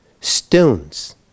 stones